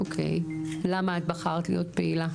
אוקי, למה את בחרת להיות פעילה?